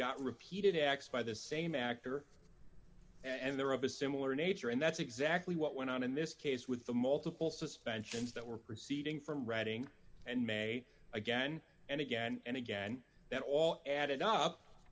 got repeated acts by the same actor and they're of a similar nature and that's exactly what went on in this case with the multiple suspensions that were proceeding from reading and may again and again and again that all added up